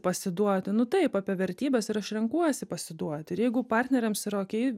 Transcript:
pasiduoti nu taip apie vertybes ir aš renkuosi pasiduoti ir jeigu partneriams yra okey